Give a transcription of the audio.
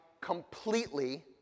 completely